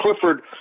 Clifford